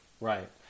Right